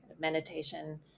meditation